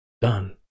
done